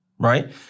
Right